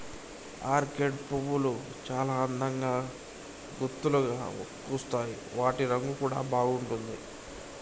orchid పువ్వులు చాల అందంగా గుత్తులుగా పూస్తాయి వాటి రంగు కూడా బాగుంటుంది